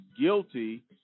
guilty